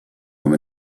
from